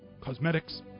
Cosmetics